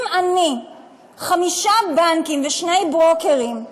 אם אני חמישה בנקים ושני ברוקרים,